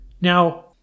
Now